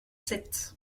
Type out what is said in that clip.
sept